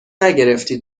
نگرفتی